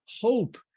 hope